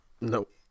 Nope